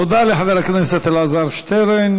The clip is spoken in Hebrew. תודה לחבר הכנסת אלעזר שטרן.